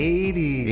Eighty